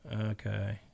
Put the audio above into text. okay